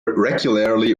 regularly